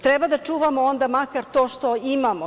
Treba da čuvamo onda makar to što imamo.